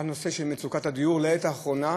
הנושא של מצוקת הדיור לעת האחרונה,